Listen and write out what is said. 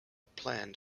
planned